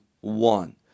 one